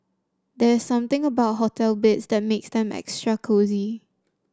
there's something about hotel beds that makes them extra cosy